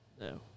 No